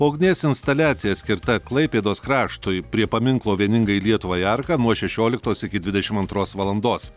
ugnies instaliacija skirta klaipėdos kraštui prie paminklo vieningai lietuvai arka nuo šešioliktos iki dvidešim antros valandos